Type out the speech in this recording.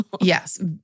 Yes